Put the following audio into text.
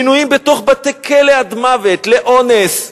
לעינויים בתוך בתי-כלא עד מוות, לאונס.